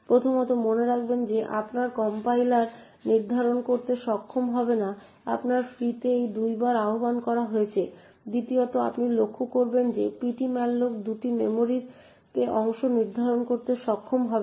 প্রথমত মনে রাখবেন যে আপনার কম্পাইলার নির্ধারণ করতে সক্ষম হবে না যে আপনার ফ্রি তে a দুইবার আহ্বান করা হয়েছে দ্বিতীয়ত আপনি লক্ষ্য করবেন যে ptmalloc দুই মেমরির অংশ নির্ধারণ করতে সক্ষম হবে না